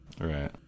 right